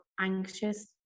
anxious